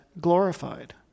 glorified